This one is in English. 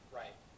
right